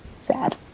Sad